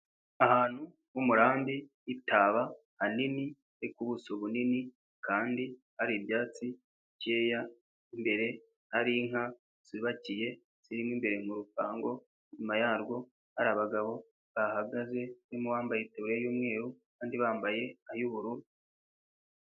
Ahantu h'umurambi hitaba hanini hari kubuso bunini kandi hari ibyatsi bicyeya, imbere ari inka zubabakiye zirimo imbere mu rupango, nyuma yarwo hari abagabo bahagaze harimo uwambaye itaburiya y'umweru abandi bambaye ay'ubururu.